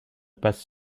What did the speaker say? passe